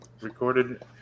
Recorded